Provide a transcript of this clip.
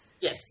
Yes